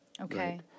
Okay